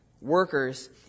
workers